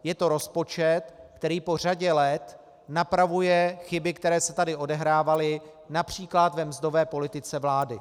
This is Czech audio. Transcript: Je to rozpočet, který po řadě let napravuje chyby, které se tady odehrávaly např. v mzdové politice vlády.